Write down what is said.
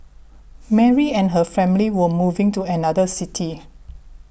Mary and her family were moving to another city